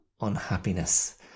unhappiness